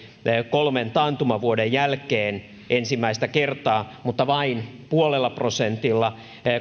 kolmen taantumavuoden jälkeen ensimmäistä kertaa mutta vain nolla pilkku viidellä prosentilla